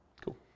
Cool